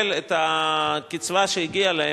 כולל הקצבה שהגיעה להם,